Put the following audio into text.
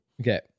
Okay